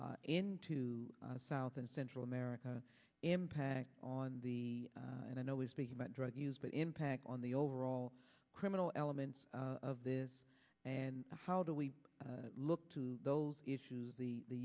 into south and central america impact on the and i know we speak about drug use but impact on the overall criminal elements of this and how do we look to those issues the the